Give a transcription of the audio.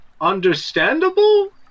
understandable